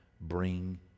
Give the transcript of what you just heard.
bring